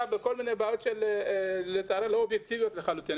ולצערי בכל מיני בעיות לא אובייקטיביות לחלוטין.